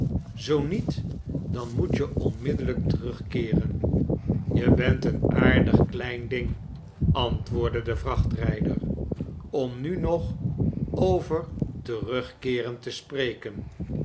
zoo niet dan moet je onmiddellijk terugkeeren je bent een aardig klein ding antwoordde de vtachtrijder om nu nog over terugkeeren te spreken